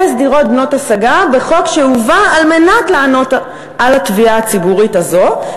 אפס דירות בנות-השגה בחוק שהובא כדי להיענות לתביעה הציבורית הזאת.